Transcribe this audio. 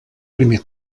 primer